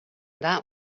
that